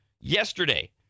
Yesterday